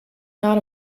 not